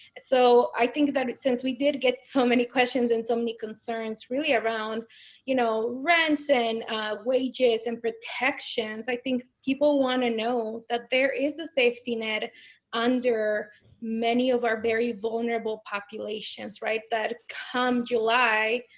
so i think that, since we did get so many questions and so many concerns really around you know rent and wages and protections, i think people want to know that there is a safety net under many of our very vulnerable populations, right? that come july,